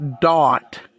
dot